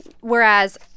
Whereas